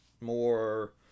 more